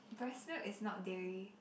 breast milk is not dairy